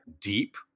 Deep